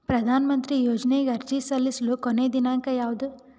ಪ್ರಧಾನ ಮಂತ್ರಿ ಯೋಜನೆಗೆ ಅರ್ಜಿ ಸಲ್ಲಿಸಲು ಕೊನೆಯ ದಿನಾಂಕ ಯಾವದು?